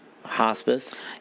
Hospice